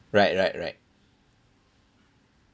right right right